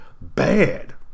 bad